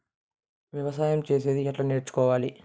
వ్యవసాయం చేసేది ఎట్లా నేర్చుకోవాలి?